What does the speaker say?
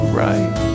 right